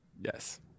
Yes